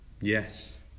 Yes